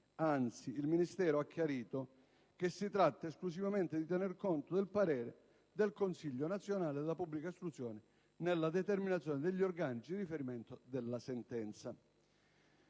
anzi, il Ministero ha chiarito che si tratta esclusivamente di tener conto del parere del Consiglio nazionale della pubblica istruzione nella determinazione degli organici di riferimento della sentenza.